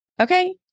Okay